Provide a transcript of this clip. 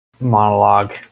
monologue